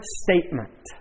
statement